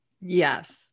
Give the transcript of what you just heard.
yes